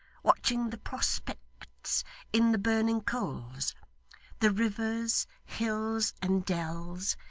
watching the prospects in the burning coals the rivers, hills, and dells,